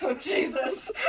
Jesus